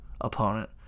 opponent